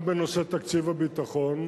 גם בנושא תקציב הביטחון,